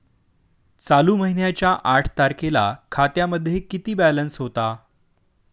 चालू महिन्याच्या आठ तारखेला खात्यामध्ये किती बॅलन्स होता?